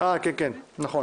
לפני